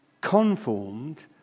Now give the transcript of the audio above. conformed